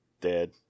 dead